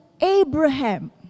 Abraham